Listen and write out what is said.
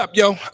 Yo